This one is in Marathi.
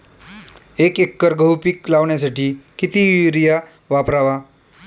एक एकर गहू पीक लावण्यासाठी किती युरिया वापरावा?